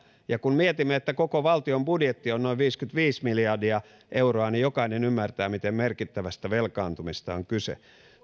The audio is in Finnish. ja kun mietimme että koko valtion budjetti on noin viisikymmentäviisi miljardia euroa niin jokainen ymmärtää miten merkittävästä velkaantumisesta on kyse